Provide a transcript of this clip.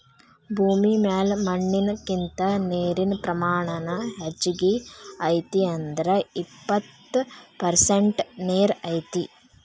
ಭೂಮಿ ಮ್ಯಾಲ ಮಣ್ಣಿನಕಿಂತ ನೇರಿನ ಪ್ರಮಾಣಾನ ಹೆಚಗಿ ಐತಿ ಅಂದ್ರ ಎಪ್ಪತ್ತ ಪರಸೆಂಟ ನೇರ ಐತಿ